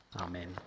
Amen